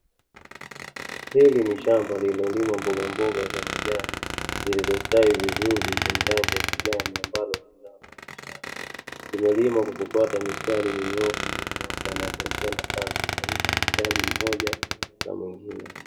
Hili ni shamba la mbogamboga lililolimwa na kustawi vizuri lenye rangi ya kijani, ambalo limelimwa kwa kufata mistari minyoofu, na kuachia nafasi baina ya mstari mmoja na mwengine.